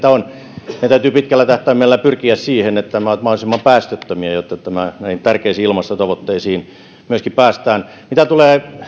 on meidän täytyy pitkällä tähtäimellä pyrkiä siihen että nämä ovat mahdollisimman päästöttömiä jotta myöskin tärkeisiin ilmastotavoitteisiin päästään mitä tulee